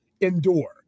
endure